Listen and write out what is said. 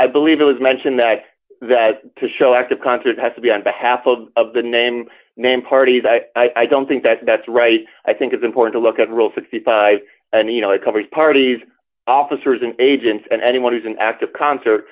i believe it was mentioned that that to show active concert has to be on behalf of the name man party i don't think that that's right i think it's important to look at real fifty five and you know it covers parties officers and agents and anyone who's an active concert